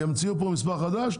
ימציאו פה מספר חדש?